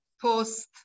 post